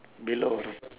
below the